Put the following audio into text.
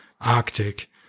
Arctic